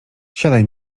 siadaj